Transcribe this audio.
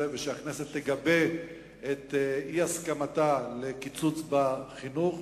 ושהכנסת תגבה את אי-הסכמתה לקיצוץ בחינוך.